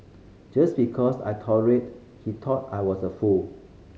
just because I tolerated he thought I was a fool